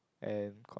and con